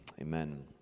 Amen